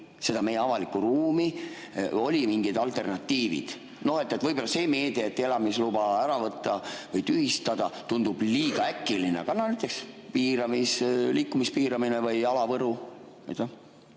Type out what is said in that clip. seda meie avalikku ruumi? Olid mingid alternatiivid? Noh, võib-olla see meede, et elamisluba ära võtta või tühistada, tundub liiga äkiline. Aga näiteks liikumise piiramine või jalavõru?